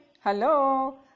hello